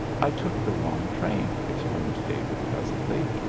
i took the wrong train, explained david pleasantly.